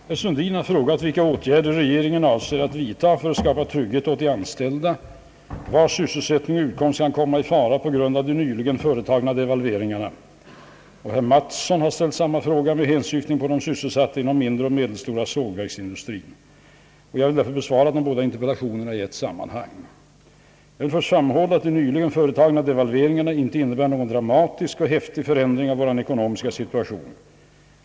Herr talman! Herr Eliasson i Sundborn har bett mig redovisa regeringens uppfattning om vilka konsekvenserna kan väntas bli för olika delar av näringslivet till följd av valutadevalveringen i England, Danmark och Finland. Han har dessutom frågat om regeringen vill ta initiativ till överläggningar med de politiska partierna samt olika arbetsmarknadsoch näringslivsorganisationer för att överväga åtgärder i syfte att stärka näringslivets konkurrenskraft och säkerställa de anställdas trygghet. Jag vill först framhålla, att de nyligen företagna devalveringarna inte innebär någon dramatisk och häftig förändring av vår ekonomiska situation.